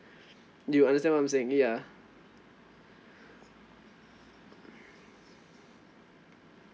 you understand what I'm saying ya